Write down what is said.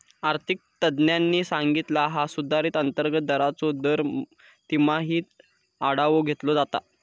आर्थिक तज्ञांनी सांगितला हा सुधारित अंतर्गत दराचो दर तिमाहीत आढावो घेतलो जाता